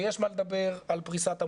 ויש מה לדבר על פרישת המוסדות.